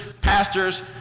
pastors